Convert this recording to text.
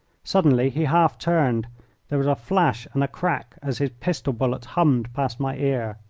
suddenly he half turned there were a flash and a crack as his pistol bullet hummed past my ear.